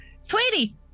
Sweetie